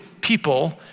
people